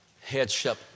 headship